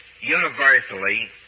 universally